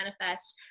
manifest